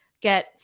get